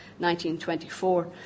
1924